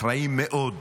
אחראים מאוד,